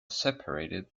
separated